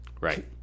right